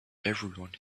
everyone